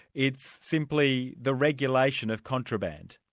it's simply the regulation of contraband.